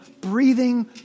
breathing